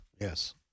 yes